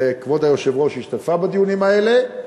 כבוד היושבת-ראש השתתפה בדיונים האלה,